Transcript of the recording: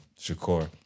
Shakur